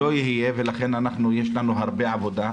לא יהיה, ולכן יש לנו הרב עבודה.